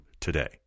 today